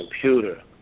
computer